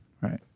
Right